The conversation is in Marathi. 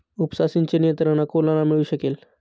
उपसा सिंचन यंत्रणा कोणाला मिळू शकेल?